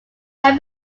can